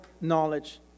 knowledge